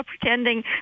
pretending